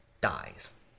dies